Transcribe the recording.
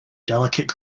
delicate